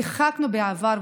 שיחקנו בעבר,